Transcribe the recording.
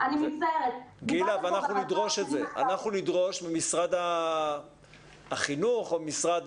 אנחנו נדרוש ממשרד החינוך או מהמשרד